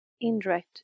indirect